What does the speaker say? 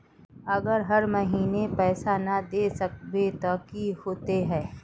अगर हर महीने पैसा ना देल सकबे ते की होते है?